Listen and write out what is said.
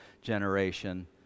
generation